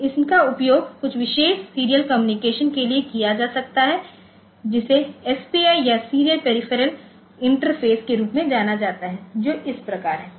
तो इनका उपयोग कुछ विशेष सीरियल कम्युनिकेशन के लिए किया जाता है जिसे SPI या सीरियल पेरीफेरल इंटरफ़ेस के रूप में जाना जाता है जो इस प्रकार है